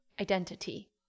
identity